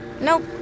Nope